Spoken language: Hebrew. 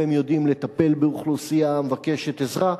והם יודעים לטפל באוכלוסייה המבקשת עזרה.